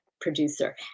producer